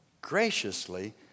graciously